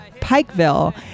Pikeville